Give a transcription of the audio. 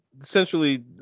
essentially